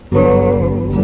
love